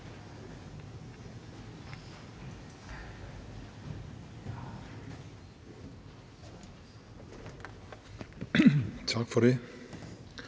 Tak for det.